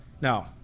Now